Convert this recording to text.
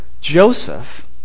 Joseph